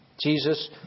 Jesus